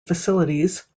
facilities